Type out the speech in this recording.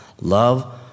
love